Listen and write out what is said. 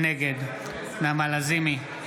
אינו נוכח נעמה לזימי,